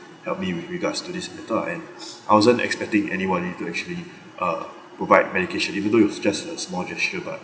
helped me with regards to this I thought I am I wasn't expecting anyone need to actually uh provide medication even though it was just a small gesture but